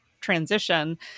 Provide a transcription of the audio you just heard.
transition